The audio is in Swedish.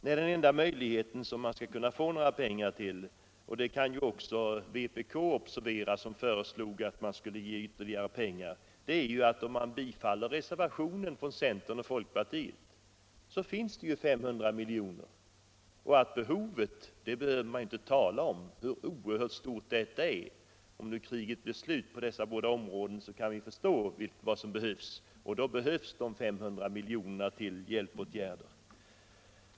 Nej, den enda möjligheten att få några pengar — och det kan också vpk, som föreslagit ytterligare medel, notera — är genom bifall till reservationen från centern och folkpartiet. Då får man 500 milj.kr. Behovets storlek behöver jag inte närmare gå in på. Vi förstår alla vad som behövs efter krigets slut i de två områden det gäller, och då krävs dessa 500 milj.kr. till hjälpåtgärder.